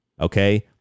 okay